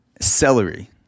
celery